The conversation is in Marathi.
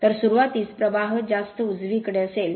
तर सुरूवातीस प्रवाह जास्त उजवीकडे असेल